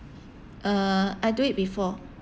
uh I do it before